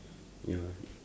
ya